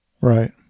Right